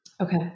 Okay